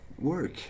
Work